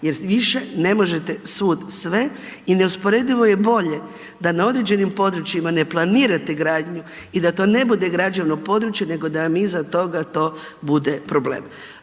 jer više ne možete svud sve i neusporedivo je bolje da na određenim područjima ne planirate gradnju i da to ne bude građevno područje nego da vam iza toga to bude problem.